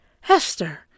Hester